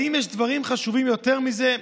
האם יש דברים חשובים יותר מזה,